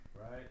right